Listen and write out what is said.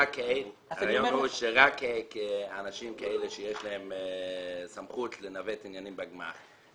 הרעיון הוא שרק אנשים כאלה שיש להם סמכות לנווט עניינים בגמ"ח.